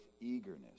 eagerness